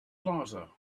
plaza